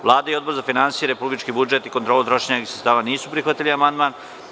Vlada i Odbor za finansije, republički budžet i kontrolu trošenja javnih sredstava nisu prihvatili amandman.